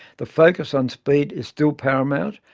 the focus on speed is still paramount,